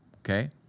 okay